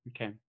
Okay